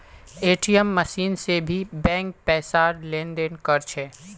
ATM machine से भी bank पैसार लेन देन कर छे